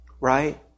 right